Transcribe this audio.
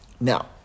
Now